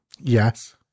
yes